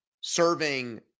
serving